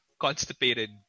constipated